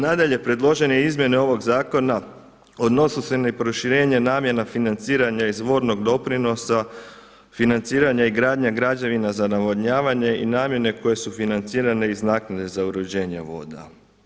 Nadalje, predložene izmjene ovog zakona odnose se na proširenje namjena financiranja iz vodnog doprinosa, financiranja i gradnja građevina za navodnjavanje i namjene koje su financirane iz naknade za uređenje voda.